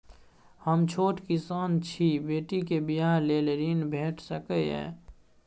हम छोट किसान छी, बेटी के बियाह लेल ऋण भेट सकै ये?